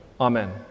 Amen